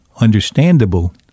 understandable